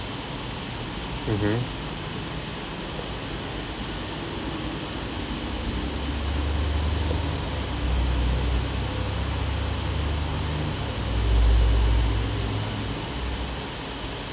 mmhmm